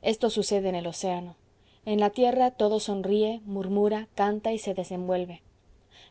esto sucede en el océano en la tierra todo sonríe murmura canta y se desenvuelve